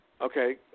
Okay